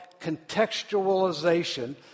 contextualization